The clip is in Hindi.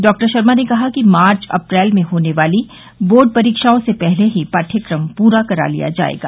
डॉक्टर शर्मा ने कहा कि मार्च अप्रैल में होने वाली बोर्ड परीक्षाओं से पहले ही पाठयकम पूरा करा लिया जायेगा